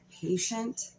patient